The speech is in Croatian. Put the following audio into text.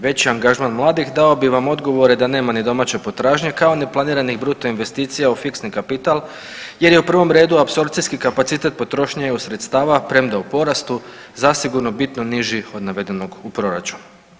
Veći angažman mladih dao bi vam odgovore da nema ni domaće potražnje, kao ni planiranih bruto investicija u fiksni kapital jer je u prvom redu apsorpcijski kapacitet potrošnje EU sredstava premda u porastu zasigurno bitno niži od navedenog u proračunu.